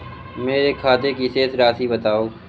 मेरे खाते की शेष राशि बताओ?